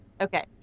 Okay